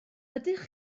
ydych